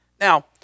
Now